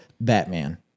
Batman